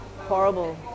horrible